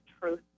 truth